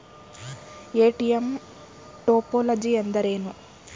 ATM topology ಎಂದರೇನು?